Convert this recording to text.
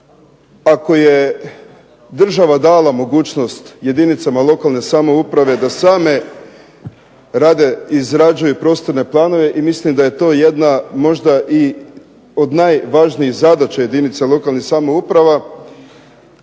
ako je država dala mogućnost jedinicama lokalne samouprave da same rade, izrađuju prostorne planove i mislim da je to jedna možda i od najvažnijih zadaća jedinica lokalnih samouprava,